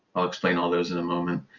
i'll explain all those in a moment.